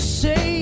say